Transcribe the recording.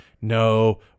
No